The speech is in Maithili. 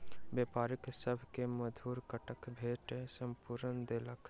व्यापारी सभ के मधुर कटहर भेंट स्वरूप देलक